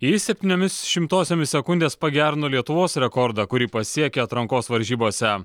jis septyniomis šimtosiomis sekundės pagerino lietuvos rekordą kurį pasiekė atrankos varžybose